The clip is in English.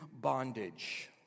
bondage